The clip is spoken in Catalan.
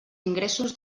ingressos